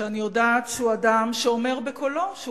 שאני יודעת שהוא אדם שאומר בקולו שהוא